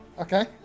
Okay